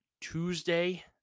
Tuesday